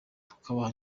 tukaba